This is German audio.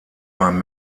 beim